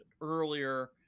earlier